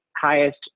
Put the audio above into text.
highest